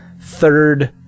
third